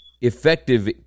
effective